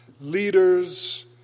leaders